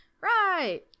right